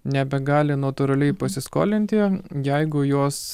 nebegali natūraliai pasiskolinti jeigu jos